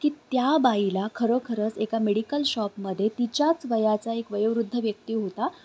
की त्या बाईला खरोखरच एका मेडिकल शॉपमध्ये तिच्याच वयाचा एक वयोवृद्ध व्यक्ती होता